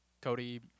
Cody